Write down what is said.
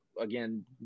again